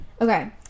okay